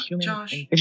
Josh